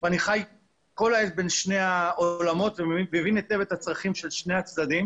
ואני חי כל העת בין שני העולמות ומבין היטב את הצרכים של שני הצדדים